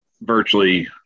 virtually –